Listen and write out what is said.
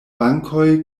bankoj